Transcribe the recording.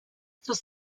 sus